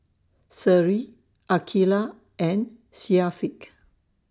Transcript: Seri Aqilah and Syafiq